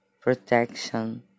protection